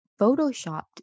photoshopped